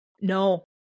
No